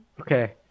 Okay